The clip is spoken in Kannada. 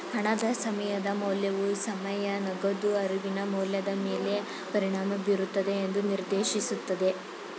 ಹಣದ ಸಮಯದ ಮೌಲ್ಯವು ಸಮಯ ನಗದು ಅರಿವಿನ ಮೌಲ್ಯದ ಮೇಲೆ ಪರಿಣಾಮ ಬೀರುತ್ತದೆ ಎಂದು ನಿರ್ದೇಶಿಸುತ್ತದೆ